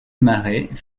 marais